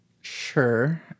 Sure